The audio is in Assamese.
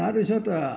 তাৰপিছত